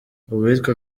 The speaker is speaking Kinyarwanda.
uwitwa